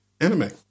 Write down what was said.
anime